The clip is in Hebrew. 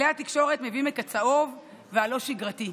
כלי התקשורת מביאים את הצהוב והלא-שגרתי.